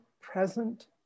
present